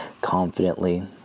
confidently